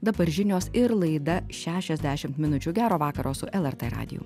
dabar žinios ir laida šešiasdešimt minučių gero vakaro su lrt radiju